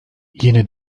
yine